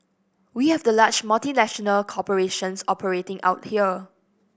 we have the large multinational corporations operating out here